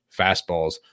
fastballs